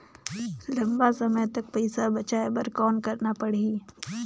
लंबा समय तक पइसा बचाये बर कौन करना पड़ही?